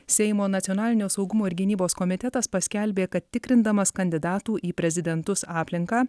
seimo nacionalinio saugumo ir gynybos komitetas paskelbė kad tikrindamas kandidatų į prezidentus aplinką